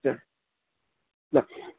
ಸರಿ ಬೈ